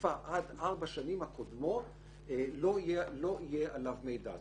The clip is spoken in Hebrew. התקופה עד ארבע השנים הקודמות לא יהיה עליו מידע.